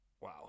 Wow